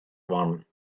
one